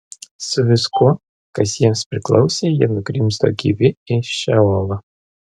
su viskuo kas jiems priklausė jie nugrimzdo gyvi į šeolą